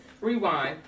rewind